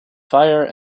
fire